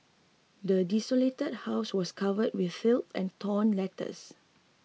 the desolated house was covered in filth and torn letters